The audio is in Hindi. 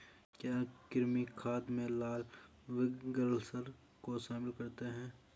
क्या कृमि खाद में लाल विग्लर्स को शामिल करते हैं?